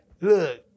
look